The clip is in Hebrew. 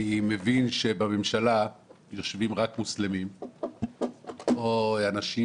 אני מבין שבממשלה יושבים רק מוסלמים או אנשים